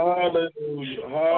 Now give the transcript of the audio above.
Hallelujah